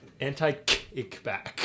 Anti-kickback